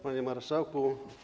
Panie Marszałku!